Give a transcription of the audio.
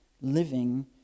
living